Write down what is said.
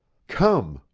come!